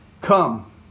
Come